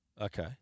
Okay